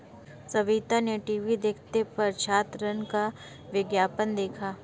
सविता ने टीवी देखते वक्त छात्र ऋण का विज्ञापन देखा